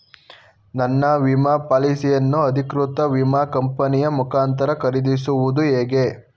ನನ್ನ ವಿಮಾ ಪಾಲಿಸಿಯನ್ನು ಅಧಿಕೃತ ವಿಮಾ ಕಂಪನಿಯ ಮುಖಾಂತರ ಖರೀದಿಸುವುದು ಹೇಗೆ?